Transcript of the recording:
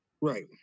Right